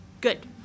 Good